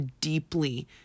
deeply